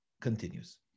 Continues